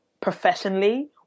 professionally